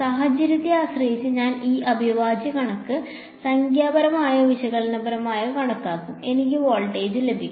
സാഹചര്യത്തെ ആശ്രയിച്ച് ഞാൻ ഈ അവിഭാജ്യ കണക്ക് സംഖ്യാപരമായോ വിശകലനപരമായോ കണക്കാക്കും എനിക്ക് വോൾട്ടേജ് ലഭിക്കും